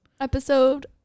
Episode